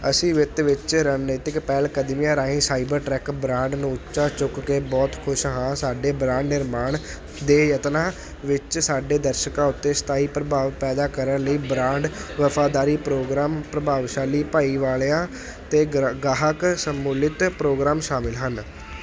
ਅਸੀਂ ਵਿੱਤ ਵਿੱਚ ਰਣਨੀਤਕ ਪਹਿਲਕਦਮੀਆਂ ਰਾਹੀਂ ਸਾਈਬਰਟੈਕ ਬ੍ਰਾਂਡ ਨੂੰ ਉੱਚਾ ਚੁੱਕ ਕੇ ਬਹੁਤ ਖੁਸ਼ ਹਾਂ ਸਾਡੇ ਬ੍ਰਾਂਡ ਨਿਰਮਾਣ ਦੇ ਯਤਨਾਂ ਵਿੱਚ ਸਾਡੇ ਦਰਸ਼ਕਾਂ ਉੱਤੇ ਸਥਾਈ ਪ੍ਰਭਾਵ ਪੈਦਾ ਕਰਨ ਲਈ ਬ੍ਰਾਂਡ ਵਫ਼ਾਦਾਰੀ ਪ੍ਰੋਗਰਾਮ ਪ੍ਰਭਾਵਸ਼ਾਲੀ ਭਾਈਵਾਲੀਆਂ ਅਤੇ ਗ ਗਾਹਕ ਸ਼ਮੂਲੀਅਤ ਪ੍ਰੋਗਰਾਮ ਸ਼ਾਮਲ ਹਨ